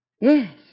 Yes